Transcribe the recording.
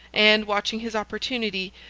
and, watching his opportunity,